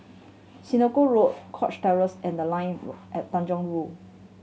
Senoko Road Cox Terrace and The Line at Tanjong Rhu